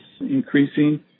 increasing